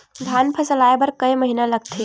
धान फसल आय बर कय महिना लगथे?